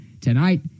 tonight